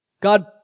God